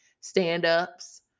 stand-ups